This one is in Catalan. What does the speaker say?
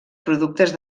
productes